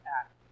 act